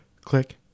click